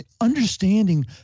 understanding